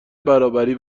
برابری